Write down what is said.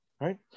Right